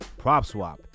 PropSwap